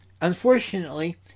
Unfortunately